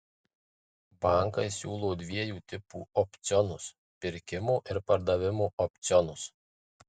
bankai siūlo dviejų tipų opcionus pirkimo ir pardavimo opcionus